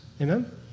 Amen